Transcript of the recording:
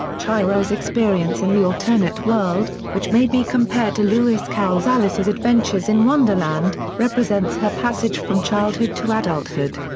chihiro's experience in the alternate world, which may be compared to lewis carroll's alice's adventures in wonderland, represents her passage from childhood to adulthood.